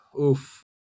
Oof